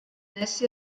neci